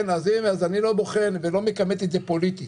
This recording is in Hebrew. אז אני לא בוחן ולא מכמת את זה פוליטית.